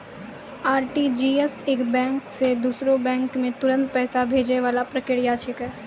RTGS एक bank से दूसरो बैंक मे तुरंत पैसा भैजै वाला प्रक्रिया छिकै